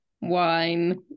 Wine